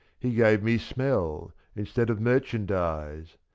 he gave me smell a instead of merchandise